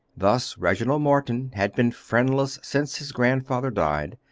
thus reginald morton had been friendless since his grandfather died,